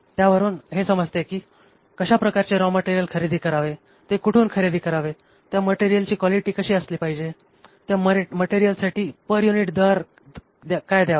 त्यावरून हे समजते कि कशा प्रकारचे रॉ मटेरियल खरेदी करावे ते कुठून खरेदी करावे त्या मटेरियलची क्वालिटी कशी असली पाहिजे त्या मटेरियलसाठी पर युनिट काय दार द्यावा